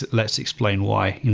let's explain why.